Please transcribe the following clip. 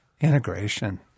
integration